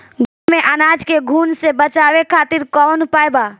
घर में अनाज के घुन से बचावे खातिर कवन उपाय बा?